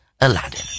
Aladdin